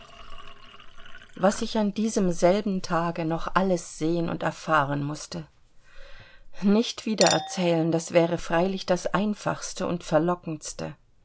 was ich an diesem selben tage noch alles sehen und erfahren mußte nicht wieder erzählen das wäre freilich das einfachste und verlockendste